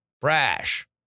brash